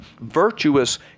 virtuous